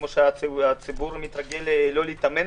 כפי שהציבור מתרגל לא להתאמן,